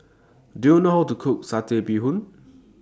Do YOU know How to Cook Satay Bee Hoon